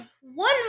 one